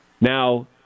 Now